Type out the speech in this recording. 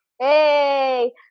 Hey